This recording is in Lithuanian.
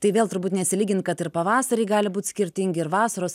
tai vėl turbūt nesilygint kad ir pavasariai gali būt skirtingi ir vasaros